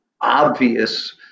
obvious